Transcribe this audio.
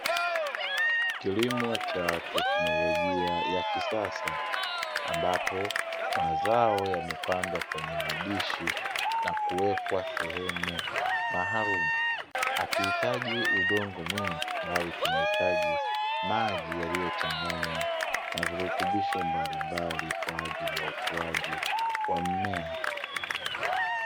Kilimo cha teknolojia ya kisasa ambapo mazao yamepandwa kwenye madishi na kuwekwa sehemu maalumu, hakihitaji udongo mwingi bali kinahitaji maji yaliyochanganywa na virutubisho mbalimbali kwa ajili ya ukuaji wa mmea.